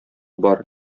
бар